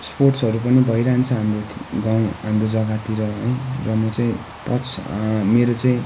स्पोर्ट्सहरू पनि भइरहन्छ हाम्रो गाउँ हाम्रो जग्गातिर है र म चाहिँ पछि मेरो चाहिँ